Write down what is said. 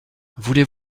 voulez